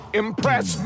impress